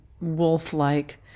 wolf-like